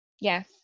Yes